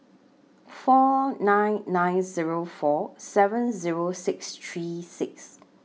four nine nine Zero four seven Zero six three six